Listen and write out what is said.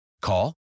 Call